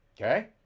Okay